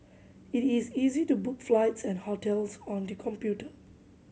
it is easy to book flights and hotels on the computer